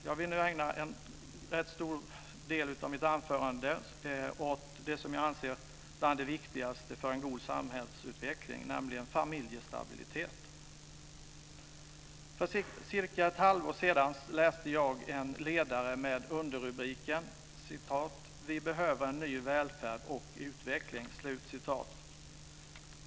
Jag ska nu ägna en rätt stor del av mitt anförande åt det som jag anser vara bland det viktigaste för en god samhällsutveckling, nämligen familjestabilitet. För cirka ett halvår sedan läste jag en ledare med underrubriken Vi behöver en ny välfärd och utveckling.